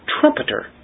trumpeter